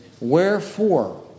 Wherefore